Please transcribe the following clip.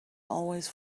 always